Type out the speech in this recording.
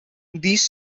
these